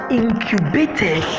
incubated